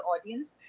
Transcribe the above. audience